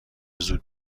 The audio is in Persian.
زود